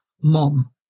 mom